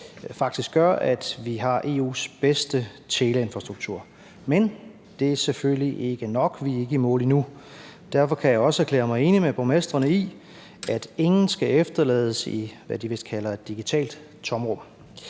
faktisk gør, at vi har EU's bedste teleinfrastruktur. Men det er selvfølgelig ikke nok, og vi er ikke i mål endnu. Derfor kan jeg også erklære mig enig med borgmestrene i, at ingen skal efterlades i, hvad de vist kalder et digitalt tomrum.